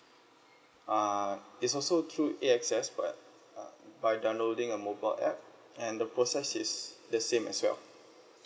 uh it's also through A_X_S but uh by downloading a mobile app and the process is the same as well